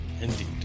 Indeed